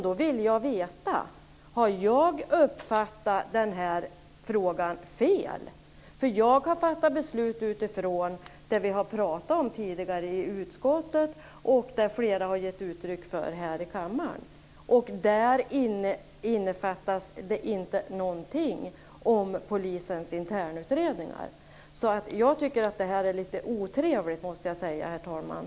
Då vill jag veta om jag har uppfattat den här frågan fel, för jag har fattat beslut utifrån det som vi har talat om i utskottet tidigare och som flera har gett uttryck för här i kammaren, och det innefattar inte någonting om polisens internutredningar. Jag tycker att det här är lite otrevligt måste jag säga, herr talman.